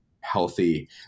healthy